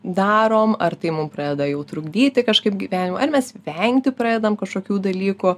darom ar tai mum pradeda jau trukdyti kažkaip gyvenimą ar mes vengti pradedam kažkokių dalykų